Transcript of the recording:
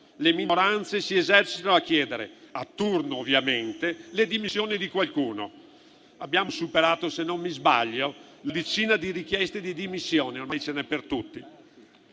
le minoranze si esercitino a chiedere, a turno ovviamente, le dimissioni di qualcuno. Abbiamo superato, se non sbaglio, la decina di richieste di dimissioni. Ormai ce n'è per tutti: